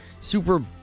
super